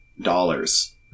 dollars